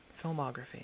Filmography